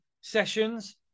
sessions